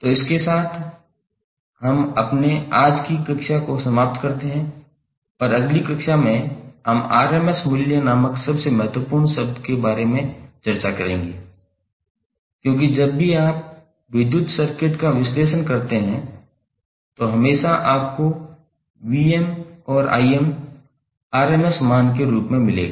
तो इसके साथ हम अपने आज की कक्षा को समाप्त करते हैं और अगली कक्षा में हम RMS मूल्यों नामक सबसे महत्वपूर्ण शब्द में से एक के बारे में चर्चा करेंगे क्योंकि जब भी आप विद्युत सर्किट का विश्लेषण करते हैं तो आपको हमेशा Vm और Im RMS मान के रूप में मिलेगा